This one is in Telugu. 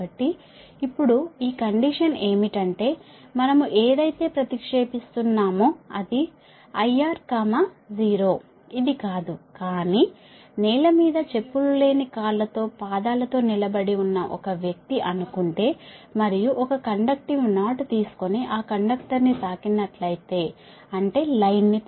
కాబట్టి ఇప్పుడు ఈ కండీషన్ ఏమిటంటే మనము ఏదైతే ప్రతిక్షేపిస్తున్నామో అది IR0 ఇదికాదు కానీ నేలమీద చెప్పులు లేని కాళ్ళతో పాదాలతో నిలబడి ఉన్న ఒక వ్యక్తి అనుకుంటే మరియు ఒక కండక్టివ్ నాట్ తీసుకొని ఆ కండక్టర్ను తాకినట్లయితే అంటే లైన్ ని